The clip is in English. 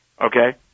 okay